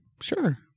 Sure